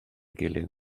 gilydd